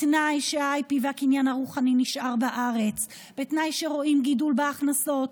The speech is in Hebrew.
בתנאי שה-IP והקניין הרוחני נשארים בארץ ובתנאי שרואים גידול בהכנסות,